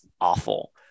awful